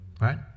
right